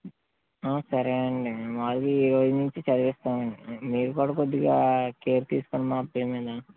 ఆ సరే అండి మాములుగా ఈరోజు నుండి చదివిస్తాము అండి మీరు కూడా కొద్దిగా కేర్ తీసుకోండి మా అబ్బాయి మీద